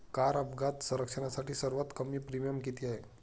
Car अपघात संरक्षणासाठी सर्वात कमी प्रीमियम किती आहे?